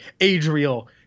Adriel